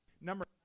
Number